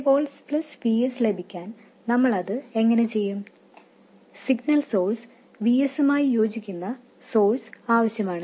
3 volt plus V s ലഭിക്കാൻ signal source Vs മായി യോജിക്കുന്ന സോഴ്സ് ആവശ്യമാണ്